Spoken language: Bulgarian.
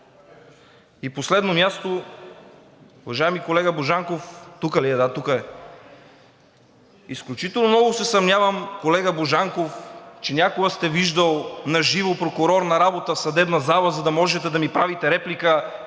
на последно място, уважаеми колега Божанков. Тук ли е? Да, тук е. Изключително много се съмнявам, колега Божанков, че някога сте виждали наживо прокурор на работа в съдебна зала, за да можете да ми правите реплика